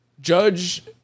Judge